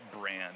brand